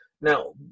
now